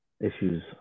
issues